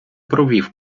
провів